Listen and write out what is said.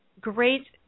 great